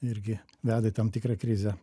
irgi veda į tam tikrą krizę